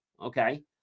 okay